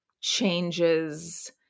changes